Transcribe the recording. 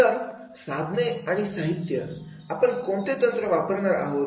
नंतर साधने आणि साहित्य आपण कोणते तंत्र वापरणार आहोत